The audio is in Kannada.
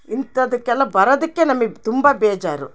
ಇಂಥದಕ್ಕೆಲ್ಲ ಬರೋದಕ್ಕೆ ನಮಗ್ ತುಂಬಾ ಬೇಜಾರು